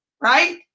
right